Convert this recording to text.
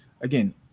again